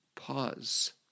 pause